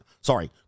Sorry